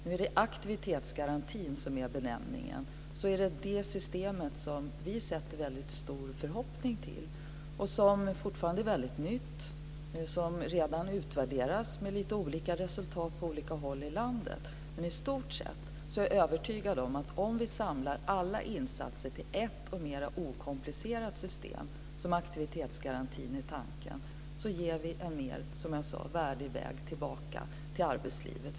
Nu är det aktivitetsgarantin som är benämningen. Det är ett system som vi sätter en väldigt stor förhoppning till, som fortfarande är väldigt nytt men som redan utvärderas med olika resultat på olika håll i landet. I stort sett är jag övertygad om att om vi samlar alla insatser till ett och mera okomplicerat system, som tanken är med aktivitetsgarantin, ger vi en mer värdig väg tillbaka till arbetslivet.